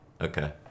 Okay